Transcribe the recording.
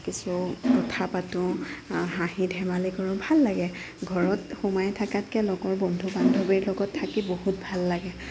কিছু কথা পাতো হাঁহি ধেমালি কৰোঁ ভাল লাগে ঘৰত সোমাই থাকাতকে লগৰ বন্ধু বান্ধৱীৰ লগত থাকি বহুত ভাল লাগে